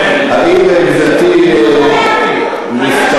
האם גברתי מסתפקת,